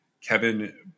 Kevin